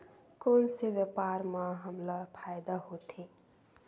कोन से व्यापार म हमला फ़ायदा होथे?